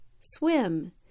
swim